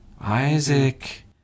Isaac